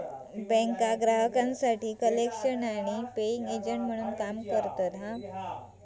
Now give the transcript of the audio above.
बँका ग्राहकांसाठी कलेक्शन आणि पेइंग एजंट म्हणून काम करता